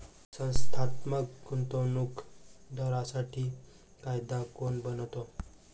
संस्थात्मक गुंतवणूक दारांसाठी कायदा कोण बनवतो?